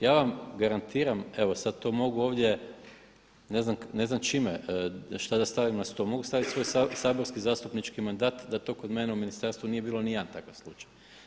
Ja vam garantiram evo sada to mogu ovdje ne znam čime šta da stavim na stol mogu staviti svoj saborski zastupnički mandat da to kod mene u ministarstvu nije bio nijedan takav slučaj.